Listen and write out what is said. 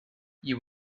you